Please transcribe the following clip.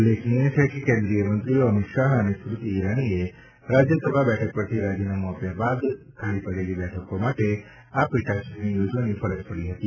ઉલ્લેખનીય છે કે કેન્દ્રિય મંત્રીઓ અમિત શાહ અને સ્મ્રતિ ઇરાનીએ રાજ્યસભા બેઠક પરથી રાજીનામું આપ્યા બાદ ખાલી પડેલી બેઠકો માટે આ પેટાચૂંટણી યોજવાની ફરજ પડી હતી